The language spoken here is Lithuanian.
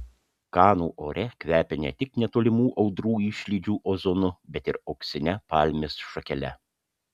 kanų ore kvepia ne tik netolimų audrų išlydžių ozonu bet ir auksine palmės šakele